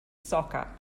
soccer